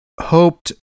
hoped